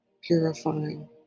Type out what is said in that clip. purifying